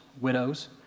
widows